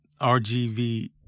RGV